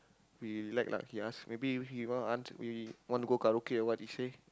relax lah he ask maybe he want us maybe we want to go karaoke what he say